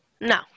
No